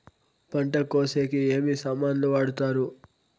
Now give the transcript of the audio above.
పంట కోసేకి ఏమి సామాన్లు వాడుతారు?